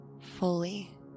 fully